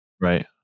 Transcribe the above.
right